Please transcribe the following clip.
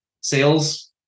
sales